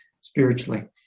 spiritually